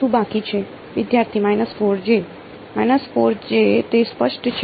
વિદ્યાર્થી તે સ્પષ્ટ છે